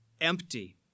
empty